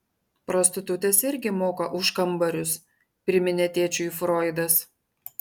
prostitutės irgi moka už kambarius priminė tėčiui froidas